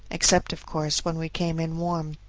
except of course when we came in warm.